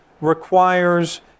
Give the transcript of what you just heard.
requires